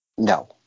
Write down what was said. No